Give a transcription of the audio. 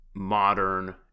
modern